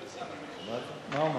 מה הוא אמר?